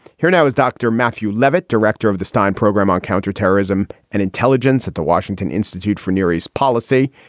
here now is dr matthew levitt, director of the stein program on counterterrorism and intelligence at the washington institute for near east policy.